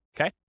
okay